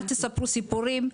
אל תספרו סיפורים.